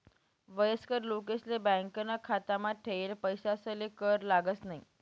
वयस्कर लोकेसले बॅकाना खातामा ठेयेल पैसासले कर लागस न्हयी